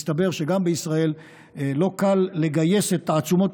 מסתבר שגם בישראל לא קל לגייס את תעצומות